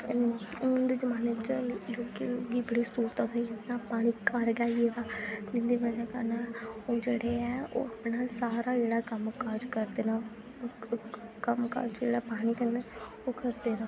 हून दे जमाने च क्योंकि हून बड़ी स्हूलतां थ्होई दियां इ'यां पानी घर गै आई दा हून जेह्ड़े ऐ ओह् अपना सारा जेह्ड़ा कम्म काज करदे न कम्म काज पानी कन्नै ओह् करदे न